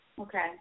Okay